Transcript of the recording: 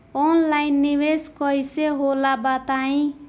Online निवेस कइसे होला बताईं?